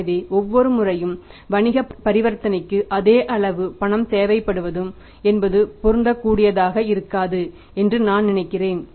எனவே ஒவ்வொரு முறையும் வணிக பரிவர்த்தனைகளுக்கு அதே அளவு பணம் தேவைப்படுவதும் என்பது பொருந்தக் கூடியதாக இருக்காது என்று நான் நினைக்கிறேன்